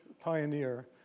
pioneer